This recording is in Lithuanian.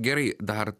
gerai dar